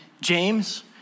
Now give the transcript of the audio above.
James